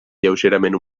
lleugerament